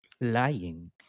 lying